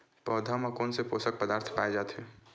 पौधा मा कोन से पोषक पदार्थ पाए जाथे?